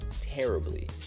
terribly